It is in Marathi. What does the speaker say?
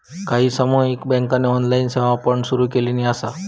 काही सामुदायिक बँकांनी ऑनलाइन सेवा पण सुरू केलानी हा